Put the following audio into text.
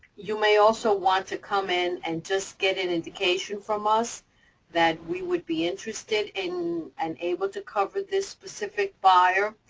you may also want to come in and just get an indication from us that we would be interested and able to cover this specific buyer.